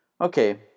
Okay